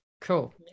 cool